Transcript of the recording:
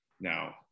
Now